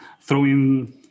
throwing